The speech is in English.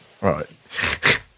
right